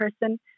person